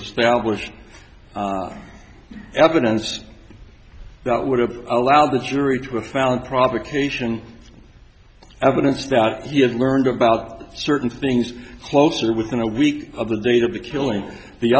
establish evidence that would have allowed the jury to have found provocation evidence that he had learned about certain things closer within a week of the date of the killing the